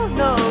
no